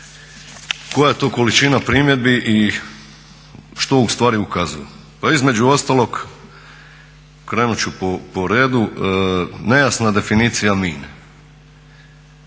koja je to količina primjedbi i što ustvari ukazuju. Pa između ostalog krenut ću po redu, nejasna je definicija mine.